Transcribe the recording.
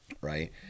right